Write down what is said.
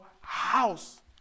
house